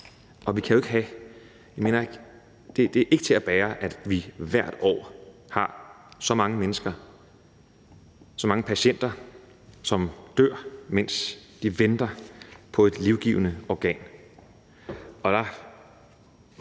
have det tal væsentlig højere op. Det er ikke til at bære, at vi hvert år har så mange mennesker, så mange patienter, som dør, mens de venter på et livgivende organ. Og der